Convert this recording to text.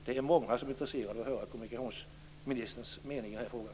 Det är många som är intresserade av att höra kommunikationsministerns mening i den här frågan.